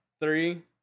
three